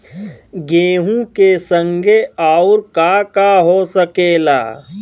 गेहूँ के संगे आऊर का का हो सकेला?